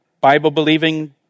Bible-believing